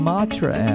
Matra